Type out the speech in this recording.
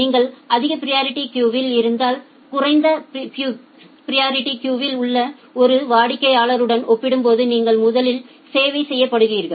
நீங்கள் அதிக பிரியரிட்டி கியுவில் இருந்தால் குறைந்த பிரியரிட்டி கியுவில் உள்ள ஒரு வாடிக்கையாளருடன் ஒப்பிடும்போது நீங்கள் முதலில் சேவை செய்யப்படுவீர்கள்